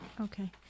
Okay